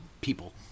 people